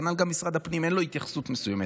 כנ"ל גם משרד הפנים, אין לו התייחסות מסוימת.